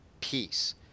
peace